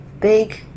big